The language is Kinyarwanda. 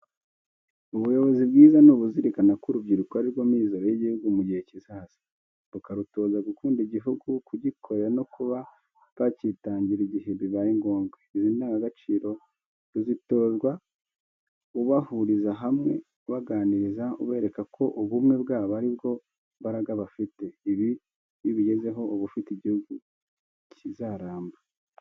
Ubuyobozi bwiza ni uruzirikana ko urubyiruko ari rwo mizero y'igihugu mu gihe kizaza. Bukarutoza gukunda igihugu, kugikorera no kuba bakitangira igihe bibaye ngombwa. Izi ndangagaciro ruzitozwa ubahuriza hamwe ubaganiriza, ubereka ko ubumwe bwabo ari bwo mbaraga bafite. Ibi iyo ubigezeho, uba ufite igihugu kizaramba.